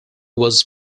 was